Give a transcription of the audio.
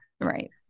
right